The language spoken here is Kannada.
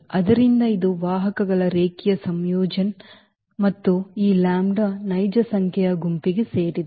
ಆದ್ದರಿಂದ ಇದು ವಾಹಕಗಳ ರೇಖೀಯ ಸಂಯೋಜನೆ ಮತ್ತು ಈ ಲ್ಯಾಂಬ್ಡಾ ನೈಜ ಸಂಖ್ಯೆಯ ಗುಂಪಿಗೆ ಸೇರಿದೆ